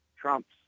trumps